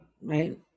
right